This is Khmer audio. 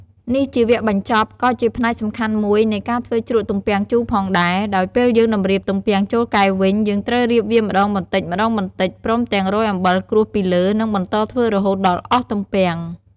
នេះជាវគ្គបញ្ចប់ ក៏ជាផ្នែកសំខាន់មួយនៃការធ្វើជ្រក់ទំពាំងជូរផងដែរ ដោយពេលយើងតម្រៀបទំពាំងចូលកែវវិញ យើងត្រូវរៀបវាម្ដងបន្តិចៗ ព្រមទាំងរោយអំបិលក្រួសពីលើ និងបន្តធ្វើរហូតដល់អស់ទំពាំង។